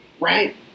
Right